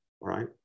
right